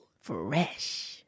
Fresh